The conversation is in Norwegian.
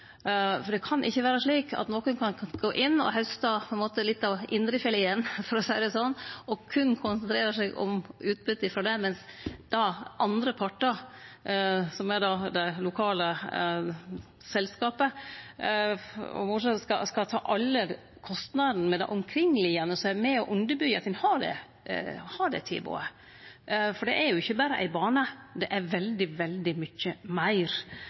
for det kan ikkje vere slik at nokon kan gå inn og hauste litt av indrefileten, for å seie det slik, og berre konsentrere seg om utbyte frå det, mens andre partar, som då er det lokale selskapet, skal ta alle kostnadene med det omkringliggjande, som er med på å byggje opp under at ein har det tilbodet. For det er jo ikkje berre ei bane, det er veldig mykje meir